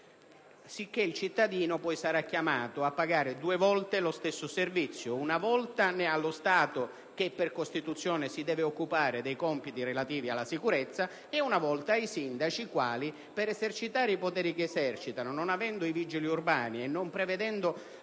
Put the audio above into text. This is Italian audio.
modo il cittadino sarà chiamato a pagare due volte per lo stesso servizio: una volta allo Stato, che per Costituzione deve occuparsi dei compiti relativi alla sicurezza, e una volta ai sindaci, ai quali, per esercitare i poteri che esercitano, non avendo i vigili urbani e non prevedendo